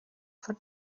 for